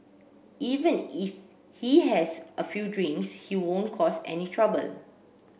even if he has a few drinks he won't cause any trouble